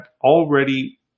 already